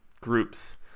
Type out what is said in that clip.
groups